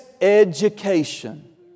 education